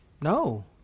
no